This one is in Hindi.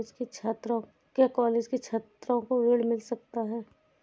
क्या कॉलेज के छात्रो को ऋण मिल सकता है?